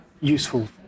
useful